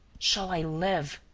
shall i live?